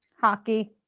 hockey